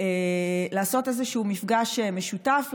לעשות איזשהו מפגש משותף,